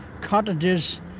cottages